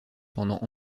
pendant